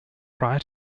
prior